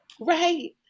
Right